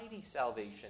salvation